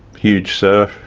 huge surf